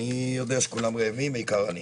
אני יודע שכולם רעבים, בעיקר אני.